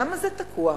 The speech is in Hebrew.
למה זה תקוע?